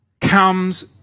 comes